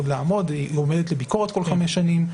לעמוד והיא עומדת לביקורת כל חמש שנים.